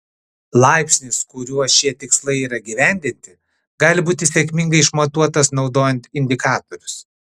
laipsnis kuriuo šie tikslai yra įgyvendinti gali būti sėkmingai išmatuotas naudojant indikatorius